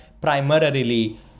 primarily